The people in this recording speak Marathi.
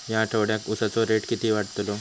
या आठवड्याक उसाचो रेट किती वाढतलो?